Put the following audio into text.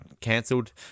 cancelled